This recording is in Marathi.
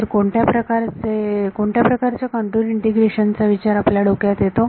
तर कोणत्या प्रकारचे कोणत्या प्रकारच्या कंटूर इंटिग्रेशन चा विचार आपल्या डोक्यात येतो